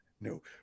no